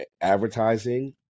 advertising